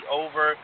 over